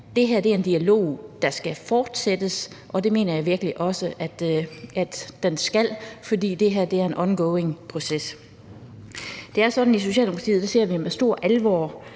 det her er en dialog, der skal fortsætte. Det mener jeg virkelig også at den skal, for det her er en ongoing proces. Det er sådan, at i Socialdemokratiet ser vi med stor alvor